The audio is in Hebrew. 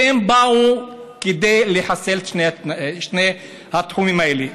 והם באו כדי לחסל את שני התחומים האלה.